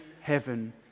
heaven